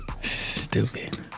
Stupid